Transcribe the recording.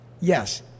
Yes